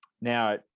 Now